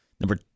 Number